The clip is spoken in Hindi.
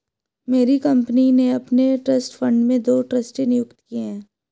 मेरी कंपनी ने अपने ट्रस्ट फण्ड में दो ट्रस्टी नियुक्त किये है